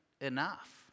enough